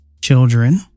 children